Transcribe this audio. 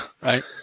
Right